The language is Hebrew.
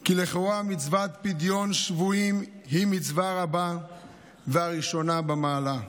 כי לכאורה מצוות פדיון שבויים היא מצווה רבה והראשונה במעלה.